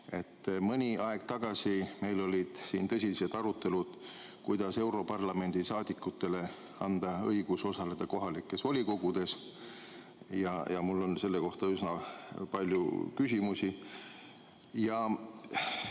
Mõni aeg tagasi olid meil siin tõsised arutelud, kuidas anda europarlamendi liikmetele õigus osaleda kohalikes volikogudes. Mul on selle kohta üsna palju küsimusi.